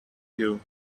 you